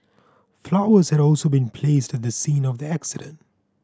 flowers had also been placed at the scene of the accident